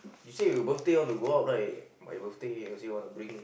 you say your birthday want to go out right my birthday say want to bring